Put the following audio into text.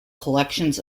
collections